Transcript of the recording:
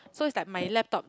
so it's like my laptop